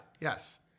Yes